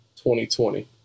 2020